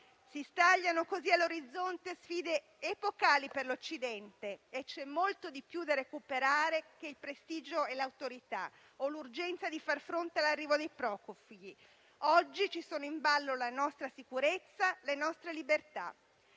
Si stagliano così all'orizzonte sfide epocali per l'Occidente e c'è molto di più da recuperare che il prestigio, l'autorità o l'urgenza di far fronte all'arrivo dei profughi. Oggi sono in ballo la nostra sicurezza e le nostre libertà.